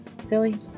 silly